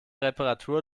reparatur